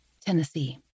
Tennessee